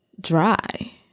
dry